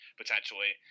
potentially